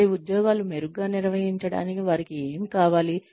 వారి ఉద్యోగాలు మెరుగ్గా నిర్వహించడానికి వారికి ఏమి కావాలి